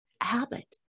habit